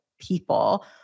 people